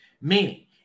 Meaning